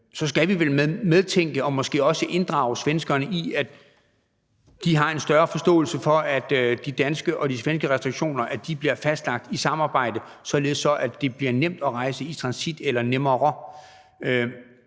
så skal vi vel medtænke og måske også inddrage svenskerne, i forhold til at de har en større forståelse for, at de danske og de svenske restriktioner bliver fastlagt i samarbejde, således at det bliver nemt at rejse i transit, eller nemmere.